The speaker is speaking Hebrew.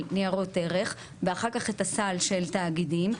ניירות ערך ואחר כך את הסל של תאגידים.